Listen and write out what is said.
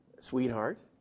sweetheart